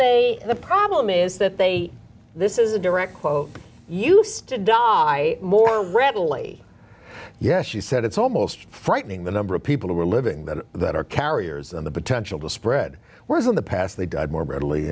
they the problem is that they this is a direct quote use to da i more readily yes she said it's almost frightening the number of people who are living that that are carriers and the potential to spread what is in the past they did more readily